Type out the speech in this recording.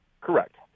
Correct